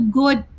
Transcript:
good